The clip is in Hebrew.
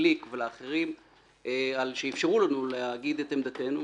גליק ולאחרים על שאפשרו לנו להגיד את עמדתנו,